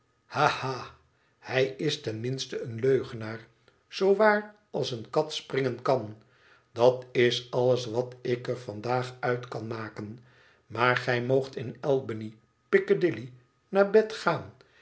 haha hij is ten minste een leugenaar zoo waar als eene kat springen kan dat is alles wat ik er vandaag uit kan maken maar gij moogt in albany piccadilly naar bed gaan